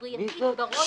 בבקשה.